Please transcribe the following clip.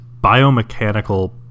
biomechanical